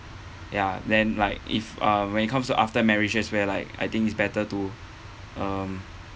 ya then like if uh when it comes to after marriages where like I think it's better to um